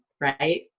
Right